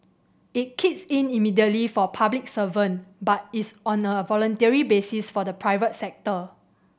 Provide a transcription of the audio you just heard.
it kicks in immediately for public servant but is on a voluntary basis for the private sector